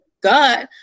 God